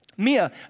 Mia